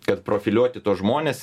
kad profiliuoti tuos žmones